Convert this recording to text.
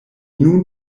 nun